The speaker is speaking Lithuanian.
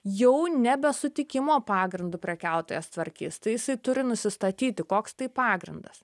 jau nebe sutikimo pagrindu prekiautojas tvarkys tai jisai turi nusistatyti koks tai pagrindas